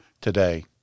today